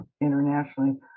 internationally